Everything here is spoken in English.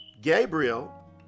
Gabriel